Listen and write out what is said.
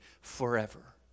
forever